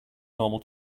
normal